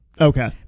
Okay